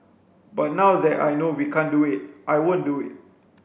but now that I know we can't do it I won't do it